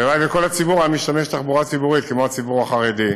הלוואי שכל הציבור היה משתמש בתחבורה הציבורית כמו הציבור החרדי.